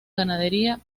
ganadería